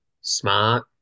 smart